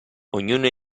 ognuno